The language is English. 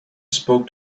spoke